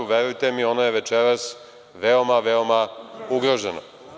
Verujte mi, ono je večeras veoma, veoma ugroženo.